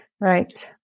right